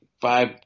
five